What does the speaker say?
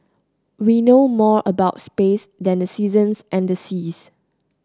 we know more about space than the seasons and the seas